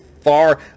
far